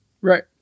Right